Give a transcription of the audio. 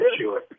sure